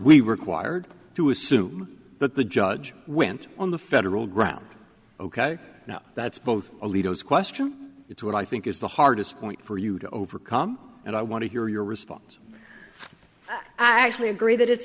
we required to assume that the judge went on the federal ground ok now that's both a leader's question it's what i think is the hardest point for you to overcome and i want to hear your response i actually agree that it's